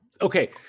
okay